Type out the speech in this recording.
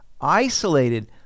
isolated